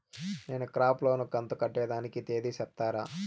నేను crop loan కంతు కట్టేదానికి తేది సెప్తారా?